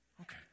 Okay